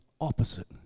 opposite